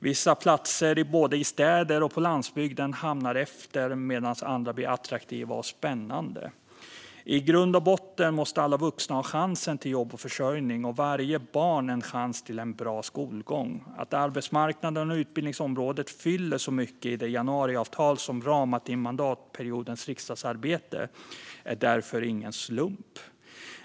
Vissa platser, både i städer och på landsbygden, hamnar efter medan andra blir attraktiva och spännande. I grund och botten måste alla vuxna ha chansen till jobb och försörjning och varje barn chans till en bra skolgång. Att arbetsmarknaden och utbildningsområdet fyller så mycket i det januariavtal som ramat in mandatperiodens riksdagsarbete är därför ingen slump.